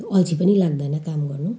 त्यो अल्छी पनि लाग्दैन काम गर्नु